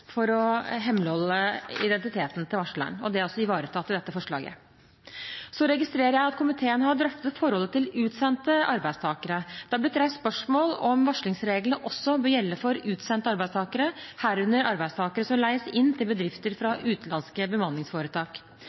for å hemmeligholde identiteten til varsleren. Det er også ivaretatt i dette forslaget. Så registrerer jeg at komiteen har drøftet forholdet til utsendte arbeidstakere. Det har blitt reist spørsmål om hvorvidt varslingsreglene også bør gjelde for utsendte arbeidstakere – herunder arbeidstakere som leies inn til bedrifter fra utenlandske bemanningsforetak.